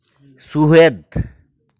ᱥᱩᱦᱮᱫ